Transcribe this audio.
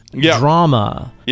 drama